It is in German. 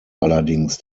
allerdings